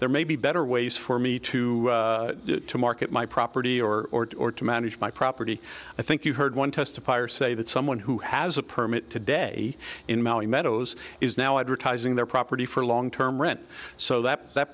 there may be better ways for me to market my property or to manage my property i think you heard one testifier say that someone who has a permit today in malibu meadows is now advertising their property for a long term rent so that that